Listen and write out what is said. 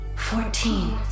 Fourteen